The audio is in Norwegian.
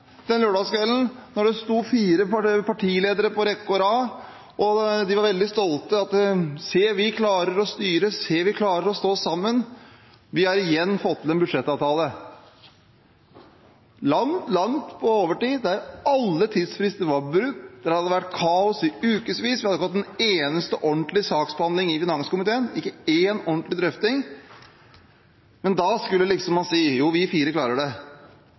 den lørdagskvelden da det sto fire partiledere på rekke og rad. De var veldig stolte: Se, vi klarer å styre. Se, vi klarer å stå sammen. Vi har igjen fått til en budsjettavtale. Langt, langt på overtid – der alle tidsfrister var brutt, det hadde vært kaos i ukevis, vi hadde ikke hatt en eneste ordentlig saksbehandling i finanskomiteen, ikke én ordentlig drøfting. Men da skulle man liksom si: Jo, vi fire klarer det.